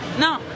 No